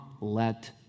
let